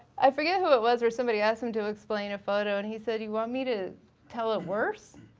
i forget who it was where somebody asked them to explain a photo and he said you want me to tell it worse?